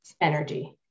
energy